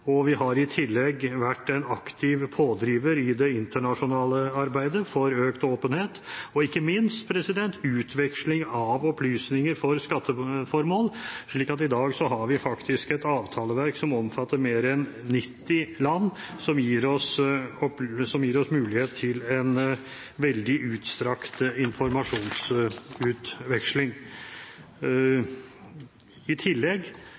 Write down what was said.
og vi har i tillegg vært en aktiv pådriver i det internasjonale arbeidet for økt åpenhet og ikke minst for utveksling av opplysninger for skatteformål, slik at vi i dag faktisk har et avtaleverk som omfatter mer enn 90 land, noe som gir oss mulighet til en veldig utstrakt informasjonsutveksling. I tillegg